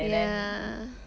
ya